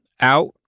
out